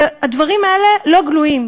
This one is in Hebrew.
הדברים האלה לא גלויים.